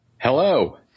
Hello